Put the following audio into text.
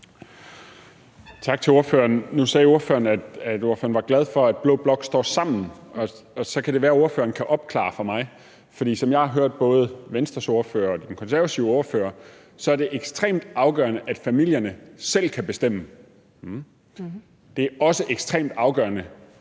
Tak til ordføreren. Nu sagde ordføreren, at hun var glad for, at blå blok står sammen, og så kan det være, at ordføreren kan opklare noget for mig. Som jeg hørte både Venstres ordfører og den konservative ordfører, er det ekstremt afgørende, at familierne selv kan bestemme; det er også ekstremt afgørende